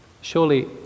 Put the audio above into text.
Surely